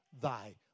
thy